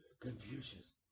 Confucius